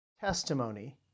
testimony